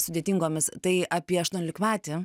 sudėtingomis tai apie aštuoniolikmetį